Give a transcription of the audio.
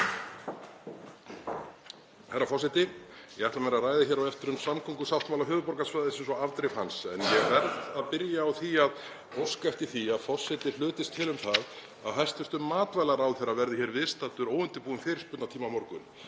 Herra forseti. Ég ætla mér að ræða hér á eftir um samgöngusáttmála höfuðborgarsvæðisins og afdrif hans. En ég verð að byrja á því að óska eftir því að forseti hlutist til um það að hæstv. matvælaráðherra verði hér viðstaddur óundirbúinn fyrirspurnatíma á morgun.